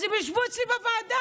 אז הם ישבו אצלי בוועדה.